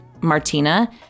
Martina